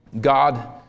God